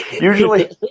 Usually